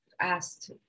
asked